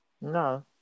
No